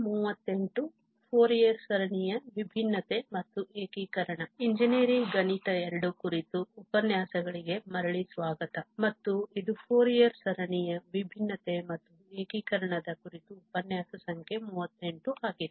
ಆದ್ದರಿಂದ ಇಂಜಿನಿಯರಿಂಗ್ ಗಣಿತ II ಕುರಿತು ಉಪನ್ಯಾಸಗಳಿಗೆ ಮರಳಿ ಸ್ವಾಗತ ಮತ್ತು ಇದು ಫೋರಿಯರ್ ಸರಣಿಯ ವಿಭಿನ್ನತೆ ಮತ್ತು ಏಕೀಕರಣದ ಕುರಿತು ಉಪನ್ಯಾಸ ಸಂಖ್ಯೆ 38 ಆಗಿದೆ